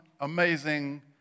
amazing